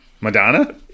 Madonna